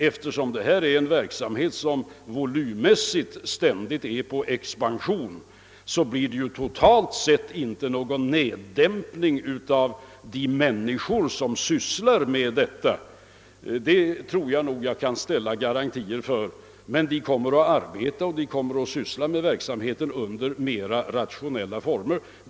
Eftersom det här gäller en verksamhet som volymmässigt ständigt expanderar kommer det antal människor som är sysselsatta i verksamhet av detta slag inte att minska — det tror jag att jag kan garantera — men de kommer att bedriva verksamheten under mer rationella former.